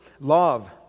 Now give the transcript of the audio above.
love